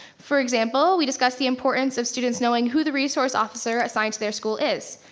for example, we discussed the importance of students knowing who the resource officer assigned to their school is.